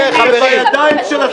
זה בידיים שלנו.